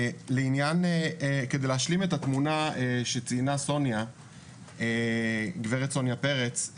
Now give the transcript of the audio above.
כדי להשלים את התמונה שציינה גב' סוניה פרץ,